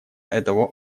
этого